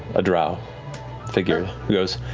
a drow figure. he goes,